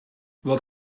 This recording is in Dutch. wat